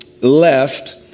left